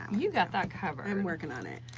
you got that covered. i'm working on it.